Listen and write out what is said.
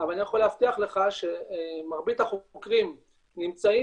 אבל אני יכול להבטיח לך שמרבית החוקרים נמצאים